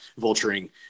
vulturing